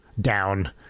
down